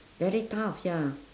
very tough ya